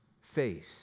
face